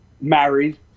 married